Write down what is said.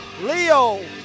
Leo